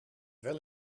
wel